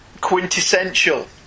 quintessential